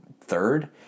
third